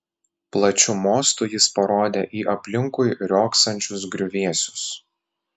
plačiu mostu jis parodė į aplinkui riogsančius griuvėsius